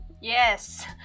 yes